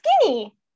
skinny